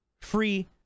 free